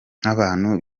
nk’abantu